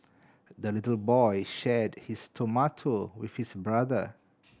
the little boy shared his tomato with his brother